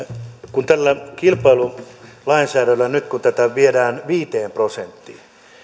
kun nyt tällä kilpailulainsäädännöllä tätä viedään viiteen prosenttiin